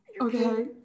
okay